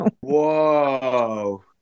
Whoa